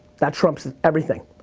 that trumps everything.